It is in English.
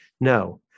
no